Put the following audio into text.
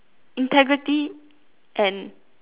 integrity and